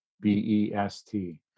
B-E-S-T